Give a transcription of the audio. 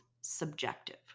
subjective